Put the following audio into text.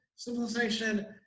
Civilization